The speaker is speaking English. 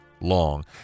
long